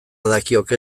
dakioke